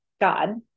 God